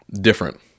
different